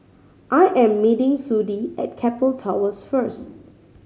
I am meeting Sudie at Keppel Towers first